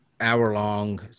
hour-long